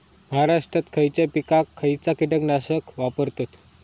महाराष्ट्रात खयच्या पिकाक खयचा कीटकनाशक वापरतत?